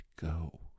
go